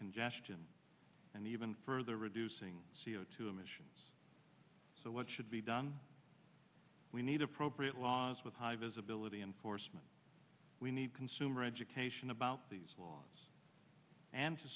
congestion and even further reducing c o two emissions so what should be done we need appropriate laws with high visibility enforcement we need consumer education about these laws and to